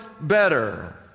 better